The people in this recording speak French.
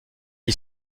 qui